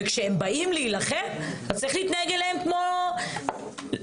כשהם באים להילחם צריך להתנהג אליהם כמו לוחמים,